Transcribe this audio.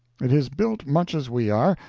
it is built much as we are,